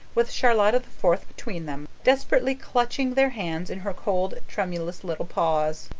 with charlotta the fourth between them, desperately clutching their hands in her cold, tremulous little paws.